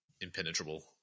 impenetrable